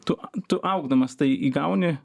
tu tu augdamas tai įgauni